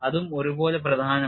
അതും ഒരുപോലെ പ്രധാനമാണ്